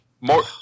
more